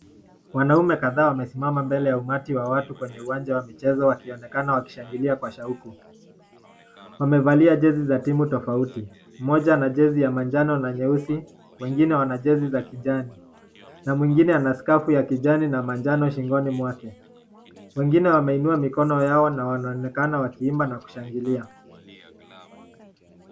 Wanaume kadhaa wamesimama kwenye umati ya uwanja Wa mchezo wakionekana wakishanglia kwa shauku . wamevalia jezi za timu tafauti. Mmoja ana jezi ya manjano na nyeusi. Mwingine ana jezi ya kijani. Na mwingine ana skafu ya kijana na shingoni mwake. Wengine wameinua mikono yao na wanaonekana wakiimba na kushangilia.